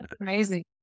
amazing